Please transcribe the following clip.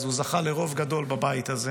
הוא זכה לרוב גדול בבית הזה,